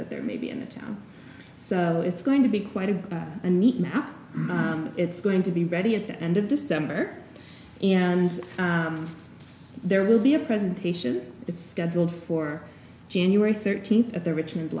that there may be in the town so it's going to be quite a go and meet map it's going to be ready at the end of december and there will be a presentation scheduled for january thirteenth at the richmond